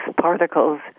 particles